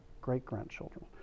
great-grandchildren